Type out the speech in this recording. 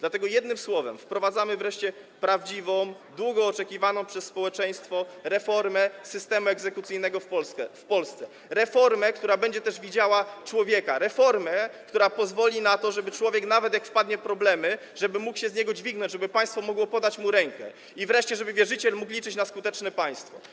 Dlatego, jednym słowem, wprowadzamy wreszcie prawdziwą, długo oczekiwaną przez społeczeństwo reformę systemu egzekucyjnego w Polsce, reformę, która będzie też widziała człowieka, reformę, która pozwoli na to, żeby człowiek, nawet jak wpadnie w problemy, mógł się z tego dźwignąć, żeby państwo mogło podać mu rękę, i wreszcie żeby wierzyciel mógł liczyć na skuteczne państwo.